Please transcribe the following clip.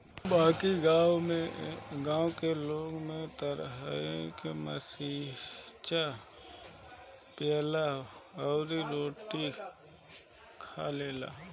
बाकी गांव के लोग त हरिहर मारीचा, पियाज अउरी रोटियो खा लेला